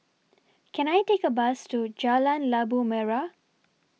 Can I Take A Bus to Jalan Labu Merah